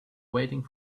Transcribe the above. waiting